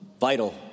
vital